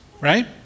right